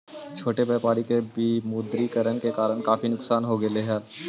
छोटे व्यापारियों को विमुद्रीकरण के कारण काफी नुकसान होलई हल